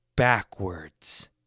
backwards